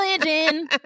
religion